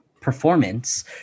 performance